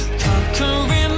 conquering